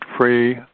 free